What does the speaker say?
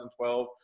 2012